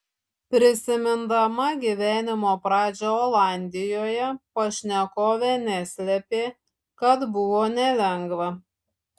prisimindama gyvenimo pradžią olandijoje pašnekovė neslėpė kad buvo nelengva